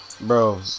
bro